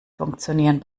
funktionieren